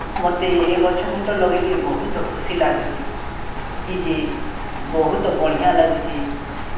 ମୋତେ ଏ ଗଛ ଖୁଣ୍ଟ ଲଗେଇକରି ବହୁତ ଖୁସି ଲାଗୁଛି କି ଯେ ବହୁତ ବଢ଼ିଆ ଲାଗୁଛି